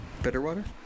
Bitterwater